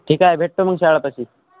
ठीक आहे भेटतो मग शाळेपाशी